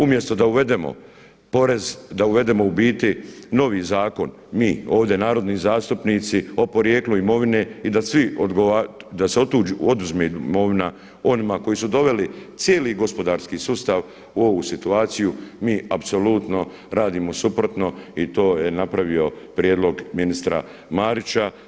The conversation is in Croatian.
Umjesto da uvedemo porez, da uvedemo u biti novi zakon mi, ovdje narodni zastupnici o porijeklu imovine i da svi, da se oduzme imovina onima koji su doveli cijeli gospodarski sustav u ovu situaciju mi apsolutno radimo suprotno i to je napravio prijedlog ministra Marića.